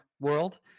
world